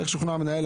צריך שוכנע המנהל.